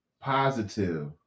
positive